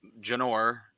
Janor